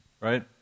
right